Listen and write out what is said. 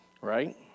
right